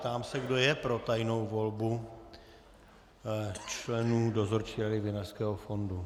Ptám se, kdo je pro tajnou volbu členů Dozorčí radu Vinařského fondu.